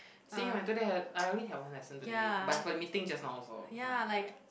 same I today had I only had one lesson today but I've a meeting just now also with my group mates